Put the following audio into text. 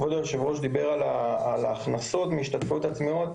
כבוד היושב-ראש דיבר על ההכנסות מהשתתפויות עצמיות,